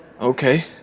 Okay